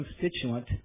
constituent